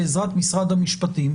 בעזרת משרד המשפטים,